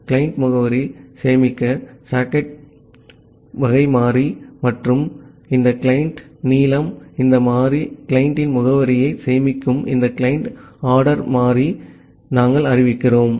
client முகவரியை சேமிக்க சாக் சோகாட்ர் வகை மாறி மற்றும் இந்த கிளையன்ட் நீளம் இந்த மாறி கிளையண்டின் முகவரியை சேமிக்கும் இந்த கிளையன்ட் அட்ரஸ் மாறியை நாங்கள் அறிவிக்கிறோம்